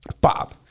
bob